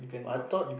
but I thought